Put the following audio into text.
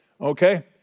Okay